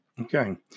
Okay